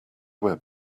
web